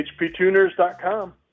hptuners.com